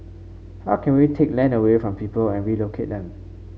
how can we take land away from people and relocate them